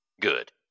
good